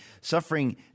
suffering